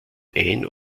ein